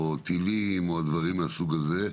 טילים או דברים מהסוג הזה.